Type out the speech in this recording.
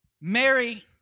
Mary